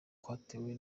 kwatewe